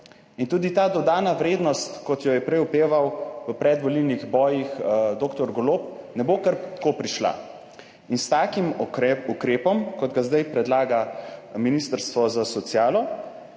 In tudi ta dodana vrednost, kot jo je prej opeval v predvolilnih bojih dr. Golob, ne bo kar tako prišla. S takim ukrepom, kot ga zdaj predlaga ministrstvo za socialo,